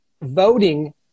voting